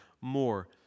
more